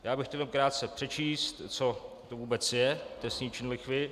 Já bych chtěl jenom krátce přečíst, co to vůbec je trestný čin lichvy.